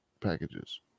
packages